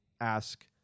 ask